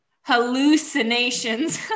hallucinations